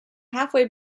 halfway